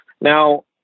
Now